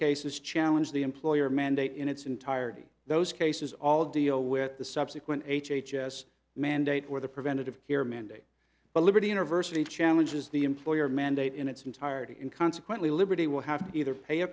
cases challenge the employer mandate in its entirety those cases all deal with the subsequent h h s mandate where the preventative care mandate but liberty university challenges the employer mandate in its entirety and consequently liberty will have to either pay a